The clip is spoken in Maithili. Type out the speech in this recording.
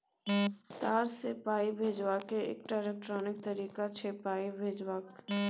तार सँ पाइ भेजब एकटा इलेक्ट्रॉनिक तरीका छै पाइ भेजबाक